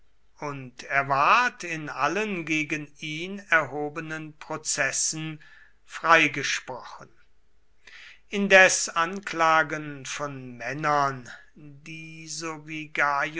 und er ward in allen gegen ihn erhobenen prozessen freigesprochen indes anklagen von männern die so